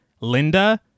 Linda